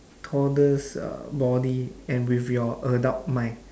toddler's uh body and with your adult mind